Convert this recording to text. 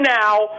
now